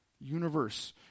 universe